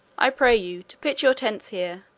i pray you to pitch your tents here,